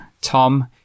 Tom